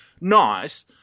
nice